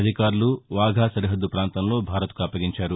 అధికారులు వాఘా సరిహద్ద పాంతంలో భారత్కు అప్పగించారు